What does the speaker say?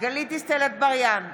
גלית דיסטל אטבריאן,